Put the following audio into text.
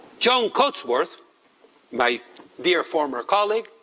john coatsworth my dear former colleague,